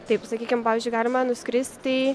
taip sakykim pavyzdžiui galima nuskristi